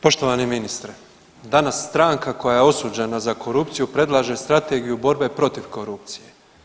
Poštovani ministre, danas stranka koja je osuđena za korupciju predlaže strategiju borbe protiv korupcije.